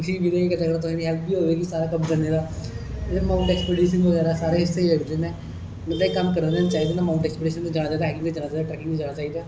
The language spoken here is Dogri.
खुशी दे कन्नै थुआढ़ी हैल्प बी होवे गी सारा कम्म करने दा एह् मांउट एक्सपलोयर करने दा सारा किश कम्म करा दे मांउट एकसपिटेशन जाने दा ट्रैकिंग जाना चाहिदा